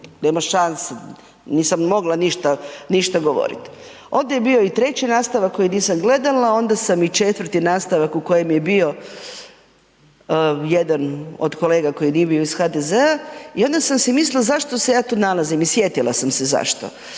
Nema šanse, nisam mogla ništa govoriti. Ovdje je bio i treći nastavak koji nisam gledala, onda sam i četvrti nastavak u kojem je bio jedan od kolega koji nije bio iz HDZ-a i onda sam si mislila zašto se ja tu nalazim i sjetila sam se zašto.